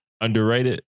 Underrated